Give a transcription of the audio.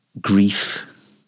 grief